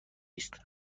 است